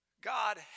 God